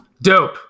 Dope